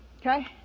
Okay